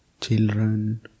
children